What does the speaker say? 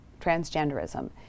transgenderism